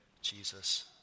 Jesus